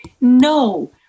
no